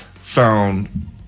found